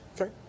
Okay